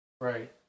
Right